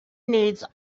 needs